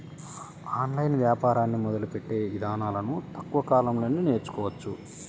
online వ్యాపారాన్ని మొదలుపెట్టే ఇదానాలను తక్కువ కాలంలోనే నేర్చుకోవచ్చు